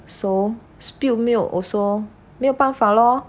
so spilt milk also 没有办法 lor